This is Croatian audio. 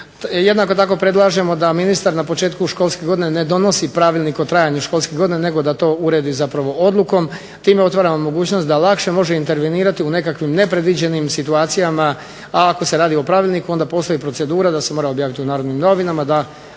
Jednako tako predlažemo da ministar na početku školske godine ne donosi pravilnik o trajanju školske godine nego da to uredi odlukom. Time otvaramo mogućnost da lakše može intervenirati u nekakvim nepredviđenim situacijama, a ako se radi o pravilniku onda postoji procedura da se mora objaviti u Narodnim novinama